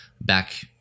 back